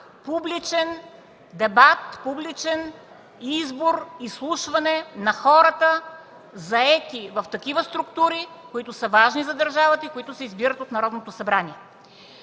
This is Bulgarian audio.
публичен избор, изслушване на хората, заети в такива структури, които са важни за държавата и които се избират от Народното събрание.